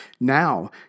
Now